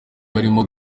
barimo